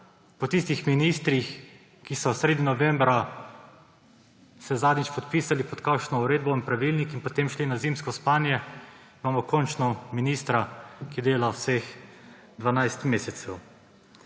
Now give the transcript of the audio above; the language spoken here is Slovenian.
po tistih ministrih, ki so se sredi novembra zadnjič podpisali pod kakšno uredbo in pravilnik in potem šli na zimsko spanje, imamo končno ministra, ki dela vseh 12 mesecev.